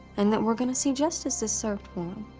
and that we're going to see justice is served for